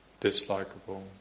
Dislikeable